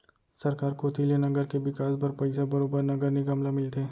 सरकार कोती ले नगर के बिकास बर पइसा बरोबर नगर निगम ल मिलथे